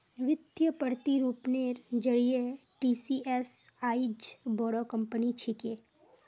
वित्तीय प्रतिरूपनेर जरिए टीसीएस आईज बोरो कंपनी छिके